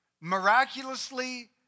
miraculously